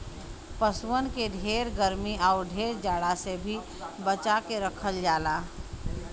पसुअन के ढेर गरमी आउर ढेर जाड़ा से भी बचा के रखल जाला